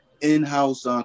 in-house